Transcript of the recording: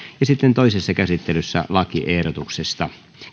ja sitten toisessa käsittelyssä lakiehdotuksesta